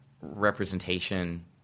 representation